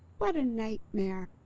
what a nightmare!